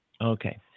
Okay